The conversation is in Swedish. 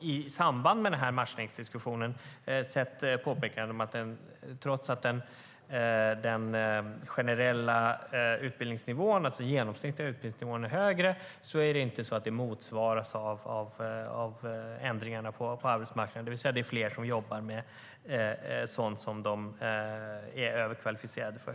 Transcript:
I samband med denna matchningsdiskussion har vi sett påpekanden om att trots att den genomsnittliga utbildningsnivån är högre motsvaras det inte av ändringarna på arbetsmarknaden, det vill säga att det exempelvis är fler som jobbar med sådant som de är överkvalificerade för.